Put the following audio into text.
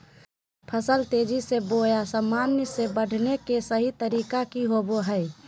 फसल तेजी बोया सामान्य से बढने के सहि तरीका कि होवय हैय?